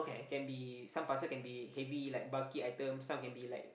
can be some parcel can be heavy like bulky items some can be like